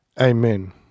Amen